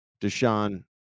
Deshaun